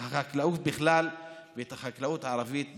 בכלל ואת החקלאות הערבית בפרט,